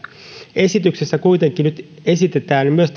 esityksessä kuitenkin nyt esitetään myös